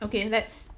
okay lets